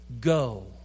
go